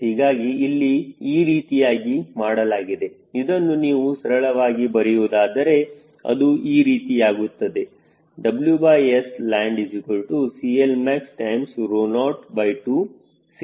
ಹೀಗಾಗಿ ಇಲ್ಲಿ ಈ ರೀತಿಯಾಗಿ ಮಾಡಲಾಗಿದೆ ಇದನ್ನು ಇನ್ನೂ ಸರಳವಾಗಿ ಬರೆಯುವುದಾದರೆ ಅದು ಈ ರೀತಿಯಾಗುತ್ತದೆ WSlandCLmax0211